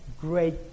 great